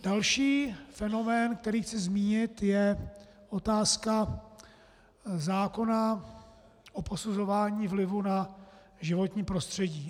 Další fenomén, který chci zmínit, je otázka zákona o posuzování vlivů na životní prostředí.